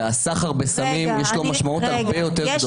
ולסחר בסמים יש משמעות הרבה יותר גדולה.